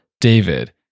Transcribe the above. David